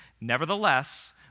Nevertheless